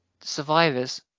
Survivors